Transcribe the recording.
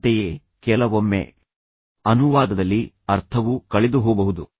ಅಂತೆಯೇ ಕೆಲವೊಮ್ಮೆ ಅನುವಾದದಲ್ಲಿ ಅರ್ಥವು ಕಳೆದುಹೋಗಬಹುದು